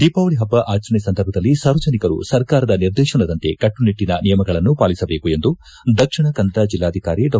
ದೀಪಾವಳಿ ಹಬ್ಬ ಆಚರಣೆ ಸಂದರ್ಭದಲ್ಲಿ ಸಾರ್ವಜನಿಕರು ಸರ್ಕಾರದ ನಿರ್ದೇಶನದಂತೆ ಕಟ್ಟುನಿಟ್ಟಿನ ನಿಯಮಗಳನ್ನು ಪಾಲಿಸಬೇಕೆಂದು ದಕ್ಷಿಣ ಕನ್ನದ ಜಿಲ್ಲಾಧಿಕಾರಿ ಡಾ